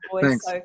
Thanks